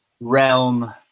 realm